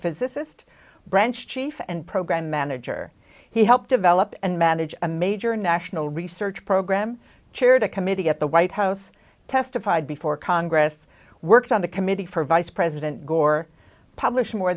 geophysicist branch chief and program manager he helped develop and manage a major national research program chaired a committee at the white house testified before congress worked on the committee for vice president gore published more